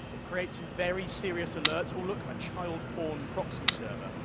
it creates some very serious alerts. oh look, a child porn proxy server.